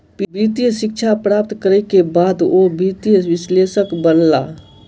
वित्तीय शिक्षा प्राप्त करै के बाद ओ वित्तीय विश्लेषक बनला